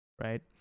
Right